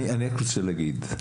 אני רק רוצה להגיד,